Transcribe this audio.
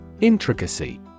Intricacy